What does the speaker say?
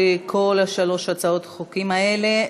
על כל שלוש הצעות החוק האלה,